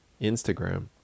Instagram